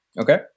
Okay